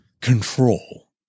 control